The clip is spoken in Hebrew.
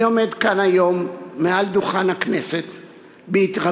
אני עומד כאן היום מעל דוכן הכנסת בהתרגשות,